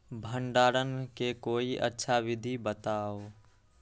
भंडारण के कोई अच्छा विधि बताउ?